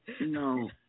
no